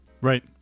Right